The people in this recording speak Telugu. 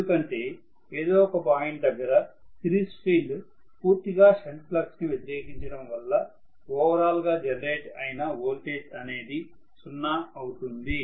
ఎందుకంటే ఏదో ఒక పాయింట్ దగ్గర సిరీస్ ఫీల్డ్ పూర్తిగా షంట్ ఫ్లక్స్ ని వ్యతిరేకించడం వల్ల ఓవరాల్ గా జెనెరేట్ అయిన వోల్టేజ్ అనేది సున్నాఅవుతుంది